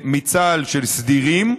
של סדירים,